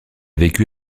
vécu